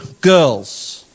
girls